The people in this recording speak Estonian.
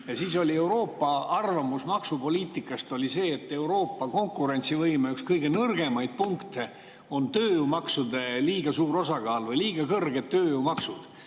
Siis oli Euroopa arvamus maksupoliitika kohta see, et Euroopa konkurentsivõime üks kõige nõrgemaid punkte on tööjõumaksude liiga suur osakaal või liiga kõrged tööjõumaksud.